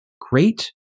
great